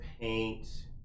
paint